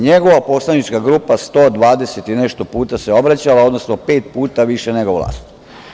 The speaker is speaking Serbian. NJegova poslanička grupa 120 i nešto puta se obraćala, odnosno pet puta više nego vlast.